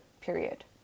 period